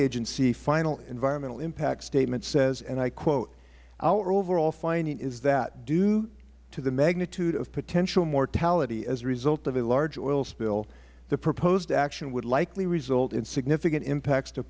agency final environmental impact statement says our overall finding is that due to the magnitude of potential mortality as a result of a large oil spill the proposed action would likely result in significant impacts to